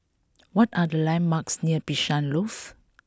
what are the landmarks near Bishan Loft